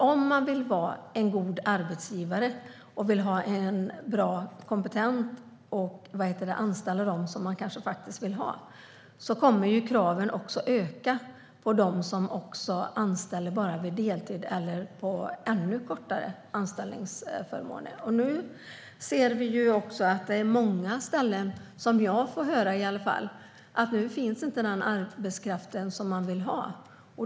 Om man vill vara en god arbetsgivare, ha kompetent personal och anställa dem som man vill ha kommer kraven att öka på dem som bara anställer på deltid eller under kortare anställningstider. Nu får jag från många ställen höra att arbetskraften som man vill ha inte finns.